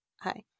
hi